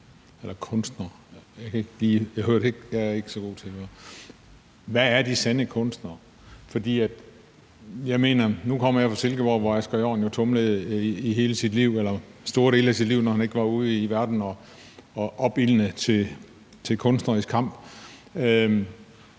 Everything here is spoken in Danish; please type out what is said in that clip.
eller kunstnere – jeg hørte ikke lige, om det var det; jeg er ikke så god til at høre – men hvad er de sande kunstnere? Nu kommer jeg fra Silkeborg, hvor Asger Jorn jo tumlede rundt i hele sit liv, eller store dele af sit liv, når han ikke var ude i verden og opildne til kunstnerisk kamp. Han